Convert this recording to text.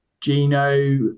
Gino